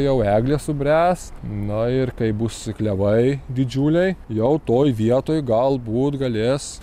jau eglės subręs na ir kai bus klevai didžiuliai jau toj vietoj galbūt galės